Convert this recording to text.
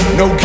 no